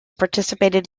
participated